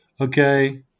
okay